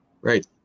Right